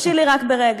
תרשי לי רק ברגע.